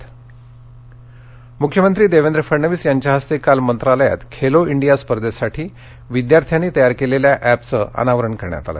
Khelo India मुख्यमंत्री देवेंद्र फडणवीस यांच्या हस्ते काल मंत्रालयात खेलो इंडिया स्पर्धेसाठी विद्यार्थ्यांनी बनविलेल्या एपचे अनावरण करण्यात आल